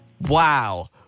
Wow